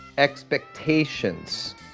expectations